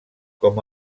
com